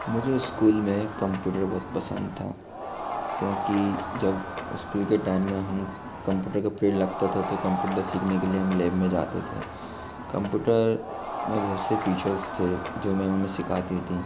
मुझे इस्कूल में कम्पूटर बहुत पसंद था क्योंकि जब इस्कूल के टाइम में हम कम्पूटर का पीरि लगता था तो कम्पूटर सीखने के लिए हम लैब में जाते थे कम्पूटर में बहुत से फ़ीचर्स थे जो मेेम हमें सिखाती थीं